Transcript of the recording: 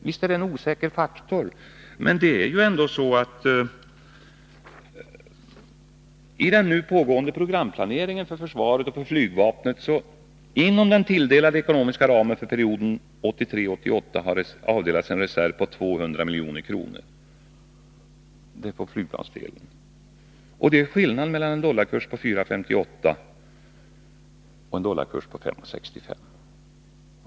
Visst är den en osäker faktor, men i den pågående programplaneringen för försvaret och flygvapnet har ändå inom planen för perioden 1983-1988 avdelats en reserv på 200 milj.kr. på flygplansdelen. Det är skillnaden mellan en dollarkurs på 4.58 och en dollarkurs på 5.65.